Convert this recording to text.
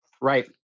Right